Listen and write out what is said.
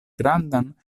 grandan